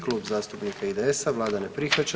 Klub zastupnika IDS-a, Vlada ne prihvaća.